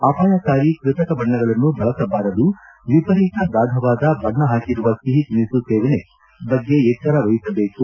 ಅಪಾಯಕಾರಿ ಕೃತಕ ಬಣ್ಣಗಳನ್ನ ಬಳಸಬಾರದು ವಿಪರೀತ ಗಾಡವಾದ ಬಣ್ಣ ಹಾಕಿರುವ ಸಿಹಿ ತಿನಿಸು ಸೇವನೆ ಬಗ್ಗೆ ಎಚ್ವರ ವಹಿಸಬೇಕು